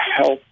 help